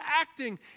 acting